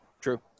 true